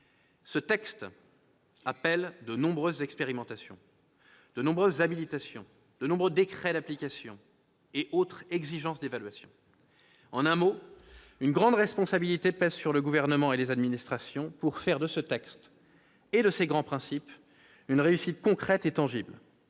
ce texte appelle de nombreuses expérimentations, de nombreuses habilitations, de nombreux décrets d'application et exigences d'évaluation. En un mot, une grande responsabilité pèse sur le Gouvernement et sur les administrations pour faire de ce projet de loi et de ses grands principes une réussite concrète et tangible.